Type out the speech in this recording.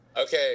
Okay